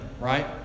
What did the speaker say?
right